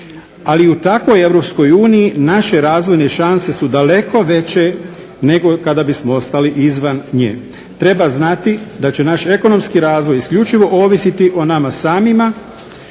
Ali u takvoj Europskoj uniji naše razvojne šanse su daleko veće nego kada bismo ostali izvan nje. Treba znati da će naš ekonomski razvoj isključivo ovisiti o nama samima,